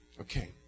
Okay